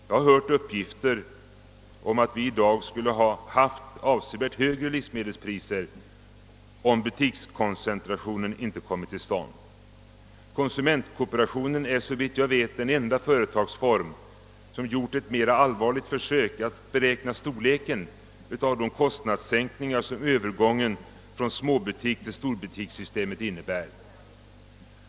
Jag har hört uppgifter om att vi i dag skulle ha haft avsevärt högre livsmedelspriser, om butikskoncentrationen inte kommit till stånd. Konsumentkooperationen är, såvitt jag vet, den enda företagsform som gjort ett mera allvarligt försök att beräkna storleken av de kostnadssänkningar som övergången från småbutikstill storbutikssystem innebär.